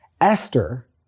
Esther